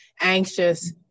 anxious